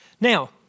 Now